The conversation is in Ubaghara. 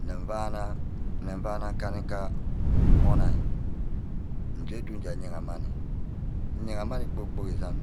Nímvana. nímvana ke nkani-îka onai. nje adu. nje yara manní nyagha manni kpor-kpork isan